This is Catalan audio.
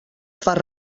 fas